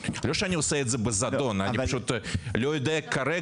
אבל זה לא שאני עושה את זה בזדון; אני לא יודע כרגע,